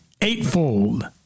eightfold